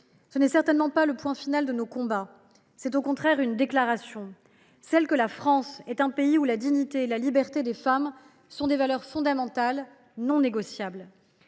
Ce n’est certainement pas le point final de nos combats. C’est au contraire une déclaration : nous disons que la France est un pays où la dignité et la liberté des femmes sont des valeurs fondamentales, non négociables.